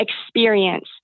experience